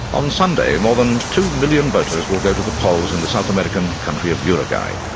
on sunday, more than two million voters will go to the polls in the south american country of uruguay,